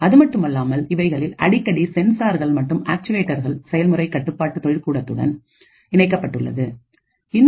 அதுமட்டுமல்லாமல் இவைகளில் அடிக்கடி சென்சார்கள் மற்றும் ஆக்சுவேட்டர்கள் செயல்முறை கட்டுப்பாட்டு தொழிற்கூடத்துடன் process control plants Process control plants இணைக்கப்படுகின்றது